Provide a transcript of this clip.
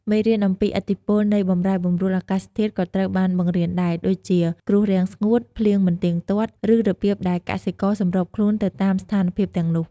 មេរៀនអំពីឥទ្ធិពលនៃបម្រែបម្រួលអាកាសធាតុក៏ត្រូវបានបង្រៀនដែរ ដូចជាគ្រោះរាំងស្ងួត ភ្លៀងមិនទៀងទាត់ ឬ របៀបដែលកសិករសម្របខ្លួនទៅតាមស្ថានភាពទាំងនោះ។